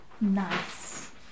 Nice